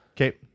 Okay